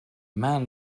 man